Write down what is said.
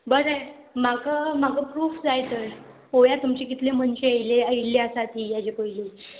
बरें म्हाका म्हाका प्रूफ जाय तर पोव्या तुमचे कितले मनशां येयले आयिल्ली आसा ती हेच्या पयली